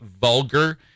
vulgar